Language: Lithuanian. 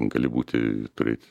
gali būti turėt